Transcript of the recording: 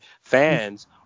fans